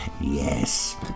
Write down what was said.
Yes